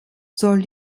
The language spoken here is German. soll